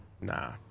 Nah